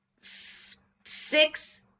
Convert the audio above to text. Six